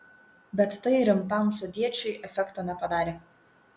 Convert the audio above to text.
bet tai rimtam sodiečiui efekto nepadarė